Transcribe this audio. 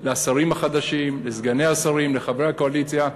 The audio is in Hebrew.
לשרים החדשים, לסגני השרים, לחברי הקואליציה,